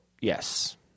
yes